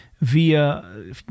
via